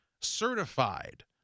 certified